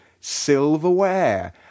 silverware